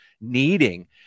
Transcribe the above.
needing